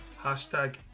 Hashtag